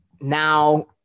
Now